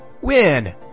WIN